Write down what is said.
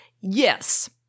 Yes